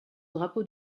drapeau